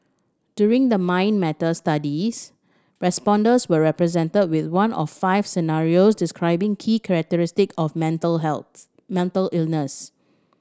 during the Mind Matters studies respondents were presented with one of five scenarios describing key characteristic of a mental health mental illness